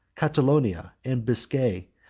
catalonia, and biscay,